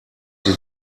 sie